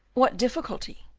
what difficulty?